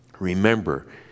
Remember